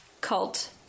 cult